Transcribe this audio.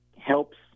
helps